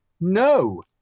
No